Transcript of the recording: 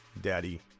daddy